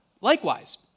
Likewise